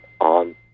on